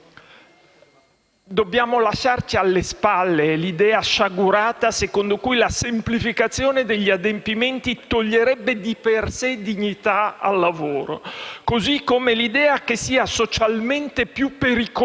Dobbiamo lasciarci alle spalle l'idea sciagurata secondo cui la semplificazione degli adempimenti toglierebbe di per sé dignità al lavoro, così come l'idea che sia socialmente più pericoloso